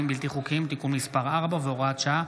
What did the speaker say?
בלתי חוקיים (תיקון מס' 4 והוראת שעה,